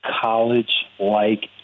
college-like